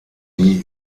wie